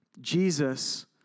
Jesus